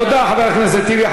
תודה, חבר הכנסת טיבי.